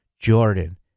jordan